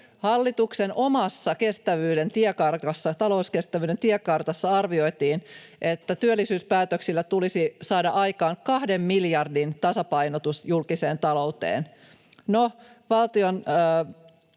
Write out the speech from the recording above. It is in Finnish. Hallituksen omassa talouskestävyyden tiekartassa arvioitiin, että työllisyyspäätöksillä tulisi saada aikaan kahden miljardin tasapainotus julkiseen talouteen.